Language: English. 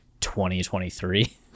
2023